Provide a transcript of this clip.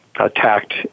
Attacked